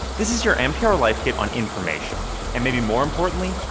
this is your npr life kit on information and, maybe more importantly,